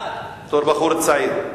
בתור בחור צעיר.